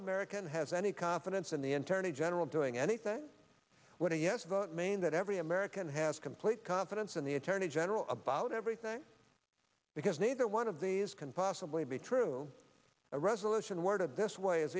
american has any confidence in the internal general doing anything when a yes vote main that every american has complete confidence in the attorney general about everything because neither one of these can possibly be true a resolution worded this way is